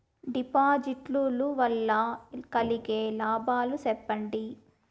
డిపాజిట్లు లు వల్ల కలిగే లాభాలు సెప్పండి?